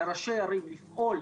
לראשי הערים לפעול,